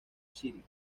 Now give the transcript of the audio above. city